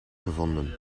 gevonden